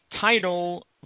title